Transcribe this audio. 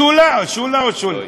שולה או שולי?